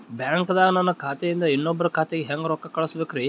ಬ್ಯಾಂಕ್ದಾಗ ನನ್ ಖಾತೆ ಇಂದ ಇನ್ನೊಬ್ರ ಖಾತೆಗೆ ಹೆಂಗ್ ರೊಕ್ಕ ಕಳಸಬೇಕ್ರಿ?